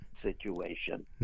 situation